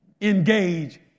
engage